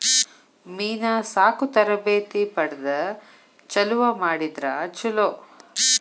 ಮೇನಾ ಸಾಕು ತರಬೇತಿ ಪಡದ ಚಲುವ ಮಾಡಿದ್ರ ಚುಲೊ